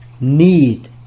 need